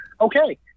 okay